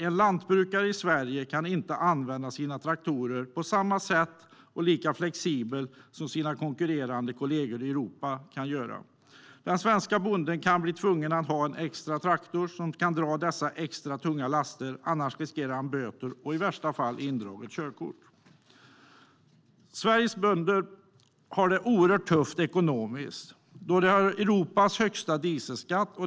En lantbrukare i Sverige kan inte använda sina traktorer på samma sätt och lika flexibelt som hans konkurrerande kollegor i Europa kan göra. Den svenska bonden kan bli tvungen att ha ytterligare en traktor som kan dra dessa extra tunga laster. Annars riskerar han böter och i värsta fall indraget körkort. Sveriges bönder har det oerhört tufft ekonomiskt eftersom de betalar Europas högsta dieselskatt.